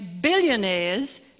billionaires